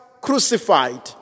crucified